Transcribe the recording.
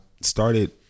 started